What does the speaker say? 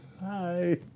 Hi